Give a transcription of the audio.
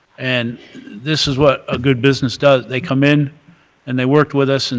and this is what a good business does. they come in and they worked with us. and